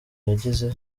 yagize